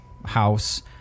house